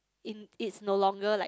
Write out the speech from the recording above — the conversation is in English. in it's no longer like